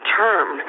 term